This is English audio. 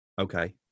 Okay